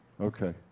Okay